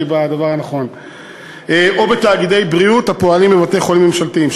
אני בדבר הנכון או בתאגידי בריאות הפועלים בבתי-חולים ממשלתיים.